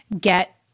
get